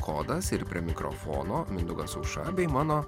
kodas ir prie mikrofono mindaugas aušra bei mano